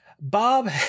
Bob